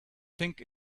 think